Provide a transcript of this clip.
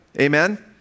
Amen